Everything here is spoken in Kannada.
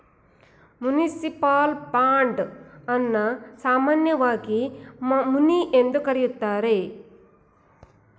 ಮುನಿಸಿಪಲ್ ಬಾಂಡ್ ಅನ್ನ ಸಾಮಾನ್ಯವಾಗಿ ಮುನಿ ಎಂದು ಕರೆಯುತ್ತಾರೆ